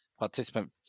Participant